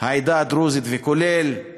העדה הדרוזית וכולל